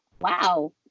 wow